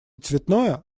цветное